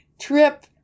trip